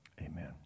Amen